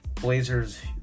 Blazers